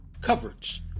coverage